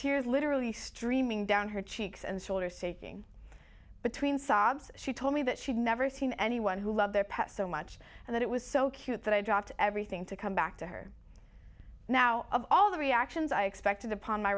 literally streaming down her cheeks and shoulders shaking between sobs she told me that she'd never seen anyone who love their pets so much and that it was so cute that i dropped everything to come back to her now of all the reactions i expected upon my